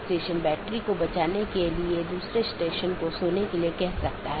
संदेश भेजे जाने के बाद BGP ट्रांसपोर्ट कनेक्शन बंद हो जाता है